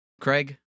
Craig